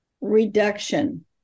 reduction